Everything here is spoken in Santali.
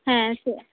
ᱦᱮᱸ ᱪᱮᱜ